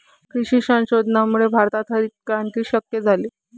कृषी संशोधनामुळेच भारतात हरितक्रांती शक्य झाली